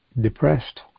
depressed